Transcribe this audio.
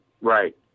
Right